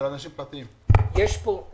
את מס הרכישה על הדירות של אנשים פרטיים?